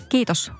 Kiitos